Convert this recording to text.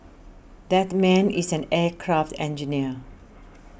that man is an aircraft engineer